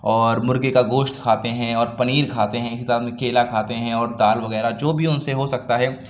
اور مُرغے کا گوشت کھاتے ہیں اور پنیر کھاتے ہیں اِسی طرح میں کیلا کھاتے ہیں اور دال وغیرہ جو بھی اُن سے ہو سکتا ہے